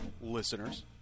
listeners